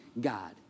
God